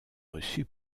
reçu